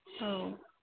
औ